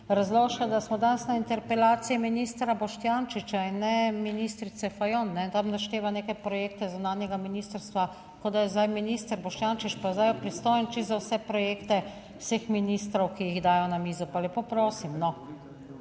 da smo danes na interpelaciji ministra Boštjančiča in ne ministrice Fajon. Tam našteva neke projekte zunanjega ministrstva, kot da je zdaj minister Boštjančič pa zdaj pristojen čisto za vse projekte vseh ministrov, ki jih dajo na mizo. Pa lepo prosim, no.